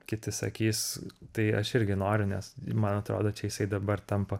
kiti sakys tai aš irgi noriu nes man atrodo čia jisai dabar tampa